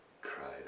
cried